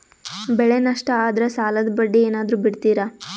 ಬೆಳೆ ನಷ್ಟ ಆದ್ರ ಸಾಲದ ಬಡ್ಡಿ ಏನಾದ್ರು ಬಿಡ್ತಿರಾ?